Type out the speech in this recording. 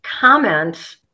comment